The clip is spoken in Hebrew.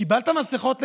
קיבלת מסכות לחלק?